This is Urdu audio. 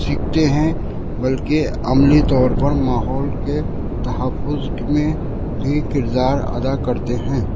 سیکھتے ہیں بلکہ عملی طور پر ماحول کے تحفظ میں بھی کردار ادا کرتے ہیں